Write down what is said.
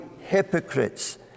hypocrites